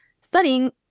studying